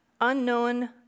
unknown